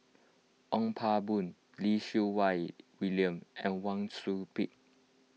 Ong Pang Boon Lim Siew Wai William and Wang Sui Pick